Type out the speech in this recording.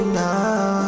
now